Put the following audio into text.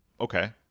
okay